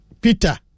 Peter